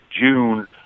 June